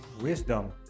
wisdom